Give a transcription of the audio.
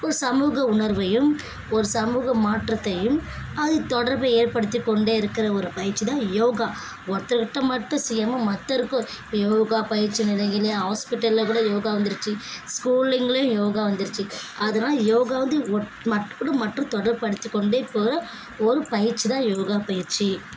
ஒரு சமூக உணர்வையும் ஒரு சமூக மாற்றத்தையும் அது தொடர்பை ஏற்படுத்திக்கொண்டே இருக்கிற ஒரு பயிற்சி தான் யோகா ஒருத்தருக்கிட்ட மட்டும் செய்யாமல் மற்றவருக்கும் இப்போ யோகா பயிற்சி நிலையம் இல்லையா ஹாஸ்பிட்டலில் கூட யோகா வந்துடுச்சி ஸ்கூலுகளையும் யோகா வந்துடுச்சி அதனால யோகா வந்து மற்றொரு மற்றும் தொடர்புப்படுத்தி கொண்டே போகிற ஒரு பயிற்சி தான் யோகா பயிற்சி